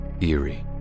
eerie